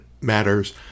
matters